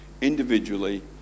individually